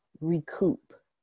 recoup